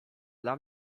dla